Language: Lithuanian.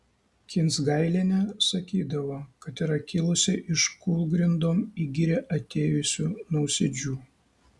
kinsgailienė sakydavo kad yra kilusi iš kūlgrindom į girią atėjusių nausėdžių